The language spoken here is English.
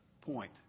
point